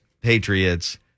Patriots